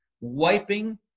Wiping